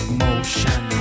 motion